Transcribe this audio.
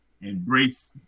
embrace